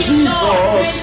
Jesus